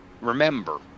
remember